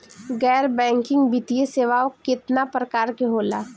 गैर बैंकिंग वित्तीय सेवाओं केतना प्रकार के होला?